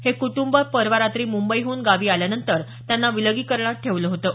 हे कुटुंब परवा रात्री मुंबईहून गावी आल्यानंतर त्यांना विलगीकरणात ठेवलं होतं